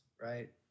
right